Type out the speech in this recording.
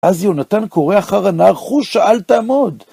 אז יונתן קורא אחר הנער חושה, אל תעמוד.